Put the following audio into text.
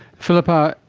philippa,